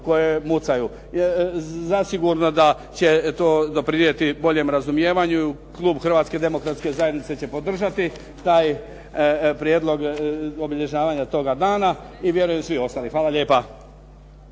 koje mucaju. Zasigurno da će to bolje doprinijeti boljem razumijevanju. Klub Hrvatske demokratske zajednice će podržati taj prijedlog obilježavanja toga dana i vjerujem svi ostali. Hvala lijepa.